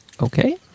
Okay